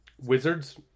Wizards